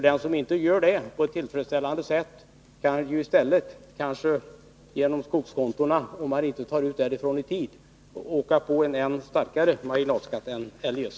Den som inte tar ut från skogskontona i tid kan åka på en ännu starkare marginalskatt än han annars skulle ha fått.